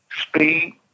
speed